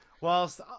whilst